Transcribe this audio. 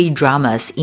dramas